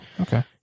okay